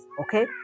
okay